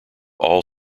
all